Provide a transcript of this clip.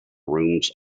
rooms